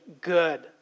good